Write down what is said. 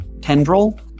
tendril